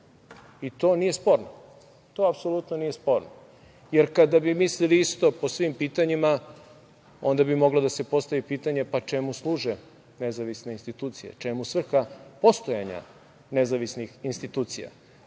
koalicije. To nije sporno. Jer, kada bi mislili isto po svim pitanjima, onda bi moglo da se postavi pitanje – pa, čemu služe nezavisne institucije, čemu svrha postojanja nezavisnih institucija?